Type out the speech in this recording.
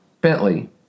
Bentley